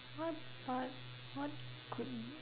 what part what could